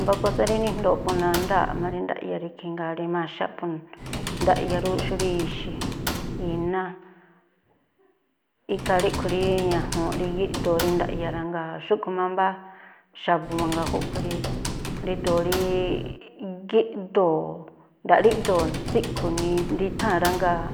mbá kósá rí nijndooꞌ po nándáa̱ꞌ má rí ndaꞌya rí ikhí, jngáa̱ rí maxaꞌ po ndaꞌya rúꞌ, xú rí ixi̱, iná, ikhaa ríꞌkhui̱ rí ñajuunꞌ rí gíꞌdoo rí ndaꞌya rá, ngáa̱ xúꞌkhui̱ má mbáá xa̱bu̱ mangaa júꞌkhui̱ rí rído̱ rí gíꞌdoo̱ nda̱a̱ꞌ rí iꞌdoo̱ tsíꞌkhu̱ ni nditháa̱n rá, jngáa̱